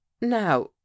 Now